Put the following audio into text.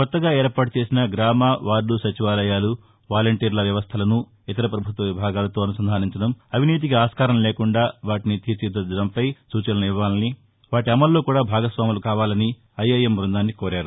కొత్తగా ఏర్పాటు చేసిన గ్రామ వార్డ సచివాలయాలు వాలంటీర్ల వ్యవస్థలను ఇతర పభుత్వ విభాగాలతో అనుసంధానించడం అవినీతికి ఆస్కారం లేకుండా వాటిని తీర్చిదిద్దడంపై సూచనలు ఇవ్వాలని వాటి అమల్లో కూడా భాగస్వాములు కావాలని ఐఐఎం బ్బందాన్ని కోరారు